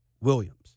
Williams